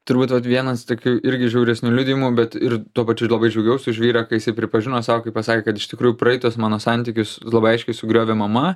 turbūt vat vienas tokių irgi žiauresnių liudijimų bet ir tuo pačiu labai džiaugiaus už vyrą kai jisai pripažino sau kai pasakė kad iš tikrųjų praeitus mano santykius labai aiškiai sugriovė mama